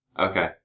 Okay